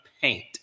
paint